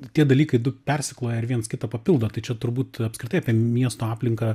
tie dalykai du persikloja ir viens kitą papildo tai čia turbūt apskritai miesto aplinką